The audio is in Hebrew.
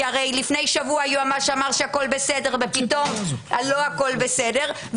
כי הרי לפני שבוע היועמ"ש אמר שהכול בסדר ופתאום לא הכול בסדר.